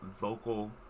vocal